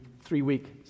three-week